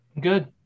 Good